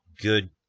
good